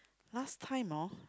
last time hor